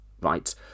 right